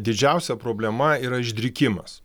didžiausia problema yra išdrikimas